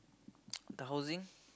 the housing